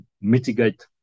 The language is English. mitigate